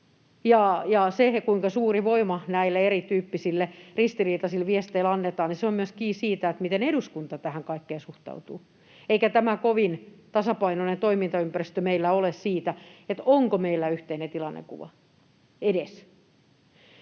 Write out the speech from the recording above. se, kuinka suuri voima näille erityyppisille ristiriitaisille viesteille annetaan, on kiinni myös siitä, miten eduskunta tähän kaikkeen suhtautuu, eikä tämä kovin tasapainoinen toimintaympäristö meillä ole siinä, onko meillä edes yhteinen tilannekuva.